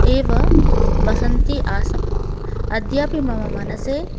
एव वसन्ति आसम् अद्यापि मम मनसि